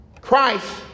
Christ